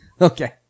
Okay